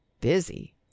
busy